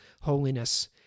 holiness